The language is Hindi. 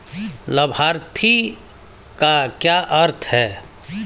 लाभार्थी का क्या अर्थ है?